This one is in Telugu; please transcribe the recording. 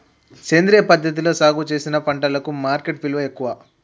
సేంద్రియ పద్ధతిలా సాగు చేసిన పంటలకు మార్కెట్ విలువ ఎక్కువ